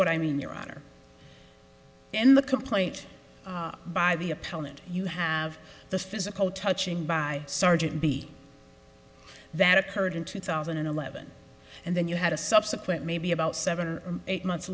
what i mean your honor in the complaint by the appellant you have the physical touching by sergeant b that occurred in two thousand and eleven and then you had a subsequent maybe about seven or eight months